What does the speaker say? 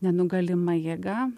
nenugalima jėga